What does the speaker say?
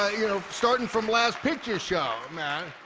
ah you know, starting from last picture show, man.